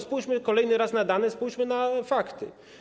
Spójrzmy kolejny raz na dane, spójrzmy na fakty.